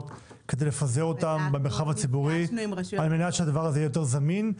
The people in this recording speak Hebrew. כדי לפזר אותן במרחב הציבורי כדי שזה יהיה זמין יותר?